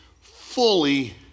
fully